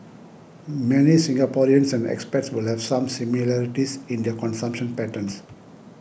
many Singaporeans and expats will have some similarities in their consumption patterns